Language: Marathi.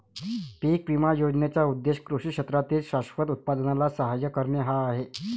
पीक विमा योजनेचा उद्देश कृषी क्षेत्रातील शाश्वत उत्पादनाला सहाय्य करणे हा आहे